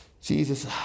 Jesus